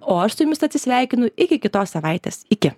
o aš su jumis atsisveikinu iki kitos savaitės iki